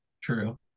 True